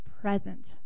present